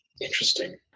Interesting